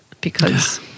because-